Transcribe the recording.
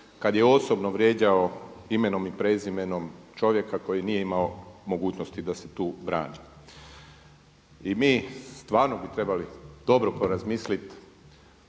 kada je osobno vrijeđao imenom i prezimenom čovjeka koji nije imao mogućnosti da se tu brani. I mi stvarno bi trebali dobro porazmisliti